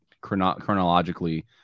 chronologically